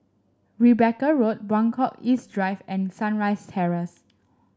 Rebecca Road Buangkok East Drive and Sunrise Terrace